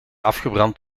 afgebrand